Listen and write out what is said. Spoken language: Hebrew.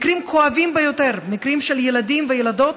מקרים כואבים ביותר, מקרים של ילדים וילדות,